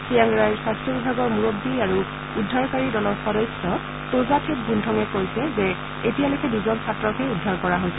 চিয়াং ৰাইৰ স্বাস্থ্য বিভাগৰ মূৰববী আৰু উদ্ধাৰকাৰী দলৰ সদস্য তোজাথেপ বৃনথঙে কৈছে যে এতিয়ালৈকে দুজন ছাত্ৰক উদ্ধাৰ কৰা হৈছে